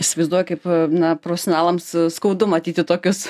įsivaizduoju kaip na profesionalams skaudu matyti tokius